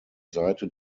seite